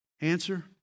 Answer